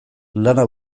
lana